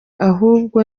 ahubwo